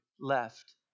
left